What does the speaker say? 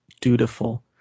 dutiful